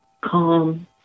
calm